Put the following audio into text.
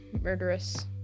murderous